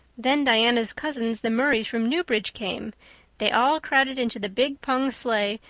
then diana's cousins, the murrays from newbridge, came they all crowded into the big pung sleigh,